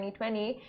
2020